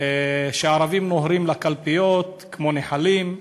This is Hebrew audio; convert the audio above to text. שערבים נוהרים לקלפיות כמו נחלים,